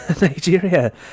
Nigeria